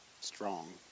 strong